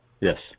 Yes